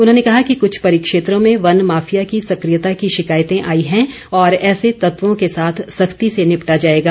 उन्होंने कहा कि कृष्ठ परिक्षेत्रों में वन माफिया की सकियता की शिकायतें आई हैं और ऐसे तत्वों के साथ सख्ती से निपटा जाएगा